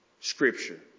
Scripture